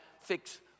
fix